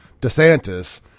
DeSantis